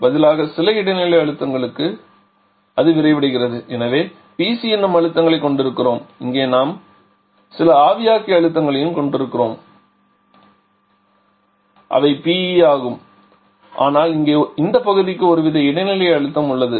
பதிலாக சில இடைநிலை அழுத்தங்களுக்கு அது விரிவடைகிறது எனவேPC எனும் அழுத்தங்களைக் கொண்டிருக்கிறோம்இங்கே நாம் சில ஆவியாக்கி அழுத்தங்களைக் கொண்டிருக்கிறோம் அவை PE ஆகும் ஆனால் இந்த பகுதியில் நமக்கு ஒருவித இடைநிலை அழுத்தம் உள்ளது